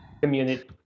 community